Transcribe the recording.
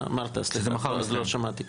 אמרת, סליחה, לא שמעתי.